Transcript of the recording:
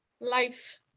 life